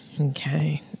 Okay